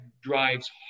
drives